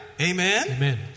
Amen